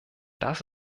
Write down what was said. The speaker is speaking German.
das